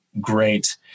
great